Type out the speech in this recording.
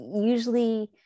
usually